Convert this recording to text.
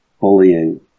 bullying